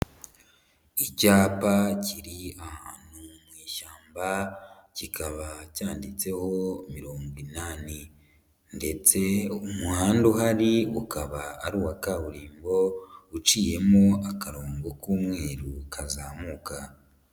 Icyapa kiri ahantu mu ishyamba, kikaba cyanditseho mirongo inani, ndetse umuhanda uhari ukaba ari uwa kaburimbo, uciyemo akarongo k'umweru kazamuka.